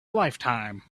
lifetime